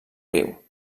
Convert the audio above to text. riu